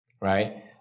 right